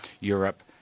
Europe